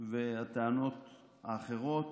והטענות האחרות,